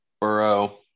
Burrow